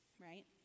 right